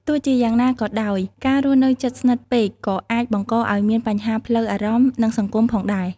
ទោះជាយ៉ាងណាក៏ដោយ ការរស់នៅជិតស្និទ្ធពេកក៏អាចបង្កឲ្យមានបញ្ហាផ្លូវអារម្មណ៍ និងសង្គមផងដែរ។